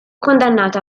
condannato